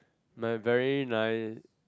my very nice